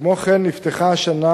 כמו כן נפתחה השנה,